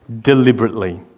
deliberately